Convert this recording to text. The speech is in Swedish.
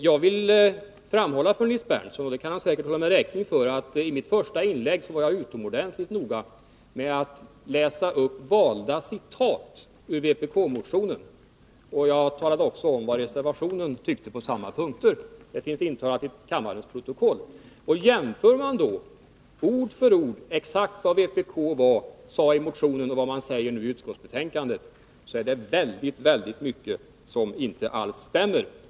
Jag vill framhålla för Nils Berndtson — det kan han säkert hålla mig räkning för—att jag i mitt första inlägg var utomordentligt noga med att läsa upp valda citat ur vpk-motionen. Jag talade också om vad reservanterna tycker på samma punkter. Det finns intalat till kammarens protokoll. Jämför man då, ord för ord, exakt vad vpk sade i motionen och vad man säger i utskottsbetänkandet, finner man att det är väldigt mycket som inte alls stämmer.